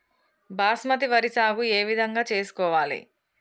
బాస్మతి వరి సాగు ఏ విధంగా చేసుకోవాలి?